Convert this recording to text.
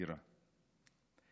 נירה,